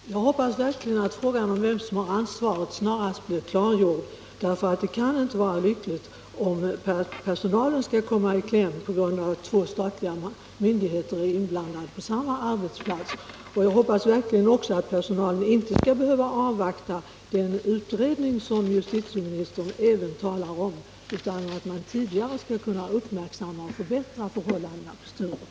Herr talman! Jag hoppas verkligen att frågan om vem som har ansvaret snarast blir klargjord, för det kan inte vara lyckligt om personalen kommer i kläm på grund av att två statliga myndigheter är inblandade på samma arbetsplats. Jag hoppas också att personalen inte skall behöva avvakta den utredning som justitieministern talar om, utan att man tidigare skall kunna uppmärksamma och förbättra förhållandena på Sturup.